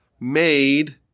made